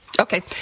Okay